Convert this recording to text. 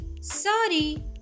Sorry